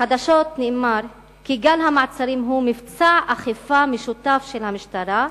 בחדשות נאמר כי גל המעצרים הוא מבצע אכיפה משותף של המשטרה,